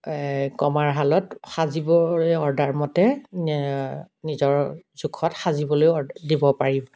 কমাৰশালত সাজিবলৈ অৰ্ডাৰ মতে নিজৰ জোখত সাজিবলৈ অৰ্ডাৰ দিব পাৰি